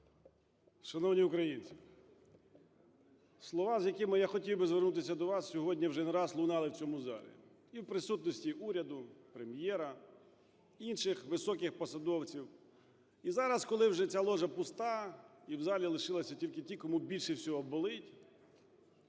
Шановні українці! Слова, з якими я хотів би звернутись до вас сьогодні, вже не раз лунали в цьому залі. І в присутності уряду, Прем'єра, інших високих посадовців, і зараз, коли вже ця ложа пуста, і в залі лишились тільки ті, кому більше всього болить,